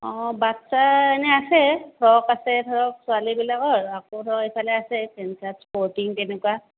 অঁ বাচ্ছাৰ এনেই আছে ফ্ৰ'ক আছে ধৰক ছোৱালীবিলাকৰ আকৌ ধৰক ইফালে আছে পেন্ট চাৰ্ট স্প'ৰ্টিং তেনেকুৱা